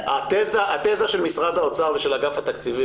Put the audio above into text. התזה של משרד האוצר ואגף התקציבים